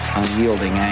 unyielding